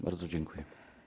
Bardzo dziękuję.